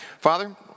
Father